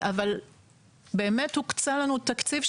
באמת הוקצה לנו תקציב,